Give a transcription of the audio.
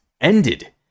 ended